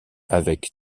avec